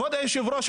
כבוד היושב-ראש,